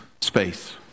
space